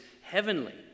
heavenly